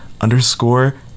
underscore